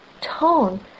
tone